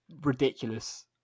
ridiculous